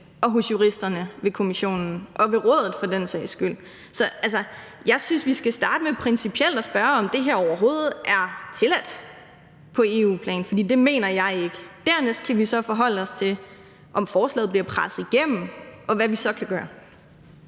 og hos juristerne i Kommissionen og i Rådet for den sags skyld. Så altså, jeg synes, vi skal starte med principielt at spørge, om det her overhovedet er tilladt på EU-plan, for det mener jeg ikke. Dernæst kan vi så forholde os til, om forslaget bliver presset igennem, og hvad vi så kan gøre.